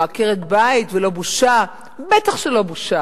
או "עקרת בית זה לא בושה" בטח שלא בושה.